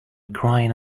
crying